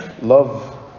love